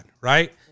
right